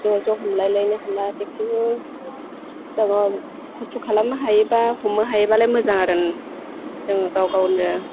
ज' ज' हमलायलायनो हाला बेखायनो खस्थ' खालामनो हायोबा हमनो हायोबालाय मोजां आरो जोङो गाव गावनो